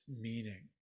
meaning